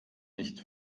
nicht